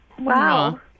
Wow